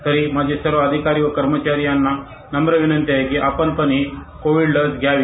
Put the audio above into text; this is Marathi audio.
तरी माझे सर्व अधिकारी व कर्मचारी यांना नम्र विनंती आहे की आपण ही कोविड लस घ्यावी